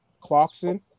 Clarkson